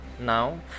now